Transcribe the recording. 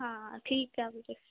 ਹਾਂ ਠੀਕ ਹੈ ਵੀਰੇ